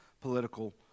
political